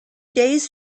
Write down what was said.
days